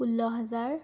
ষোল্ল হাজাৰ